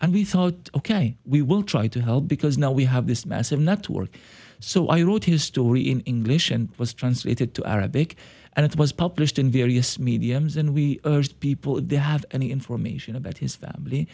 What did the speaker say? and we thought ok we will try to help because now we have this massive network so i wrote his story in english and it was translated to arabic and it was published in various mediums and we urge people if they have any information about his family